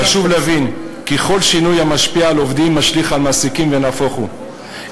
חשוב להבין כי כל שינוי המשפיע על עובדים משליך על מעסיקים ונהפוך הוא.